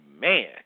man